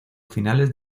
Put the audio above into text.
finales